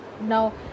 Now